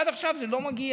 עד עכשיו זה לא מגיע.